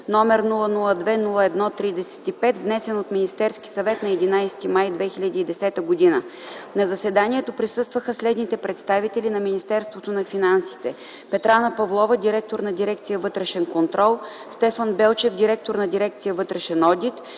№ 002-01-35, внесен от Министерския съвет на 11 май 2010 г. На заседанието присъстваха следните представители на Министерството на финансите: Петрана Павлова – директор на дирекция „Вътрешен контрол”, Стефан Белчев – директор на дирекция „Вътрешен одит”,